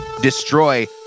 destroy